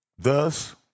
Thus